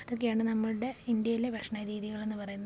അതൊക്കെയാണ് നമ്മളുടെ ഇൻഡ്യയിലെ ഭക്ഷണ രീതികളെന്നു പറയുന്നത്